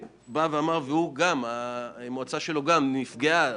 המועצה שלו נפגעה